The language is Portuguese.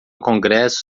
congresso